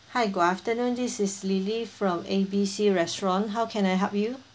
hi good afternoon this is lily from A B C restaurant how can I help you